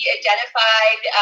identified